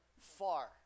far